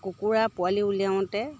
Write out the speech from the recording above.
আৰু কুকুৰাই পোৱালি উলিয়াওঁতে